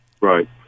Right